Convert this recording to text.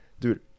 Dude